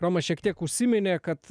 romas šiek tiek užsiminė kad